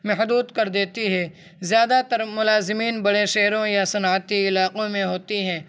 محدود کر دیتی ہے زیادہ تر ملازمین بڑے شہروں یا صنعتی علاقوں میں ہوتی ہیں